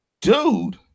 dude